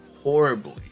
horribly